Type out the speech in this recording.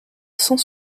cent